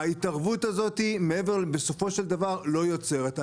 ההתערבות הזאת בסופו של דבר לא יוצרת.